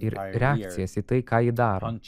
ir reakcijas į tai ką ji daro